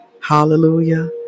hallelujah